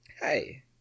Hey